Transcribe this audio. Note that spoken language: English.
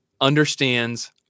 understands